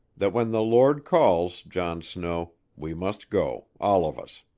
that when the lord calls, john snow, we must go, all of us.